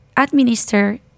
administer